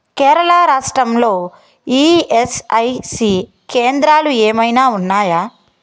కేరళా రాష్ట్రంలో ఈఎస్ఐసి కేంద్రాలు ఏమైనా ఉన్నాయా